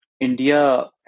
India